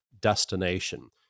destination